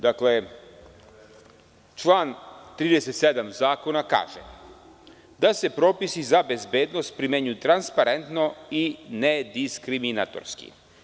Dakle, član 37. zakona kaže – da se propisi za bezbednost primenjuju transparentno i nediskriminatorski.